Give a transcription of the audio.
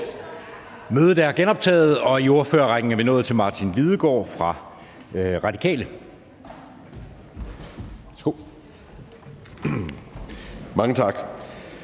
Mødet er genoptaget. I ordførerrækken er vi nået til Martin Lidegaard fra Radikale. Værsgo.